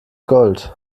gold